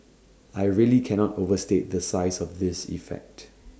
I really cannot overstate the size of this effect